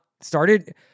started